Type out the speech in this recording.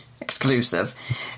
exclusive